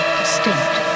distinct